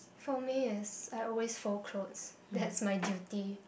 for me it's I always fold clothes that's my duty